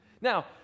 Now